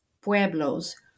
pueblos